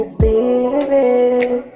Spirit